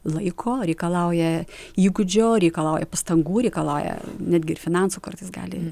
laiko reikalauja įgūdžio reikalauja pastangų reikalauja netgi ir finansų kartais gali